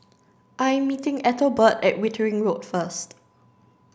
I am meeting Ethelbert at Wittering Road first